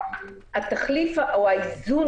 התחליף או האיזון,